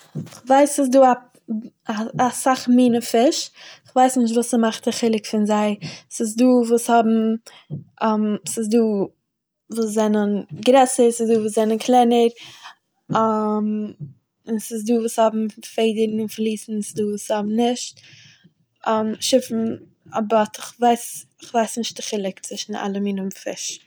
כ'ווייס ס'איז דא אסאך מינע פיש, כ'ווייס נישט וואס ס'מאכט די חילוק פון זיי, ס'איז דא וואס האבן ס'איז וואס זענען גרעסער, ס'איז דא וואס זענען קלענער, און ס'איז דא וואס האבן פעדערן און פליסן און ס'דא וואס האבן נישט, שיפן, אבער כ'ווייס נישט דער חילוק צווישן אנדערע מינע פיש.